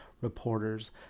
reporters